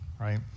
right